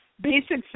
basic